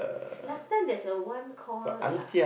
last time there is a one call